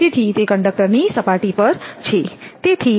તેથી તે કંડક્ટરની સપાટી પર છે